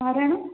ആരാണ്